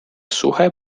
suhe